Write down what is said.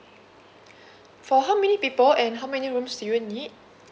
for how many people and how many rooms do you need